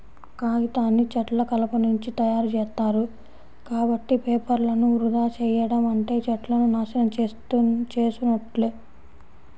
కాగితాన్ని చెట్ల కలపనుంచి తయ్యారుజేత్తారు, కాబట్టి పేపర్లను వృధా చెయ్యడం అంటే చెట్లను నాశనం చేసున్నట్లే